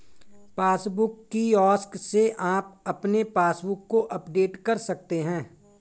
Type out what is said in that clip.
passbook kiosk से आप अपने पासबुक को अपडेट कर सकते हैं